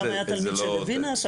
פעם הוא היה תלמיד של לוינס,